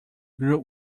group